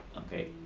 okay?